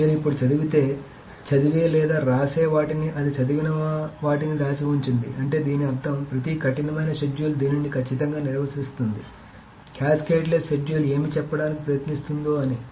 మీరు ఇప్పుడే చదివితే చదివే లేదా రాసే వాటిని అది చదివిన వాటిని దాచి ఉంచింది అంటే దీని అర్థం ప్రతి కఠినమైన షెడ్యూల్ దీనిని ఖచ్చితంగా నిర్వహిస్తుంది క్యాస్కేడ్లెస్ షెడ్యూల్ ఏమి చెప్పడానికి ప్రయత్నిస్తుందో అని